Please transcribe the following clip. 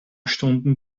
stunden